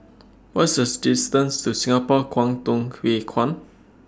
What's The distance to Singapore Kwangtung Hui Kuan